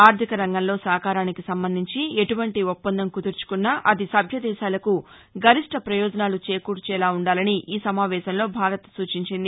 ఆర్ధిక రంగంలో సహకారానికి సంబంధించి ఎటువంటి ఒప్పందం కుదుర్చుకున్న అది సభ్య దేశాలకు గరిష్ఠ పయోజనాలు చేకూర్చేలా ఉండాలని ఈ సమావేశంలో భారత్ సూచించింది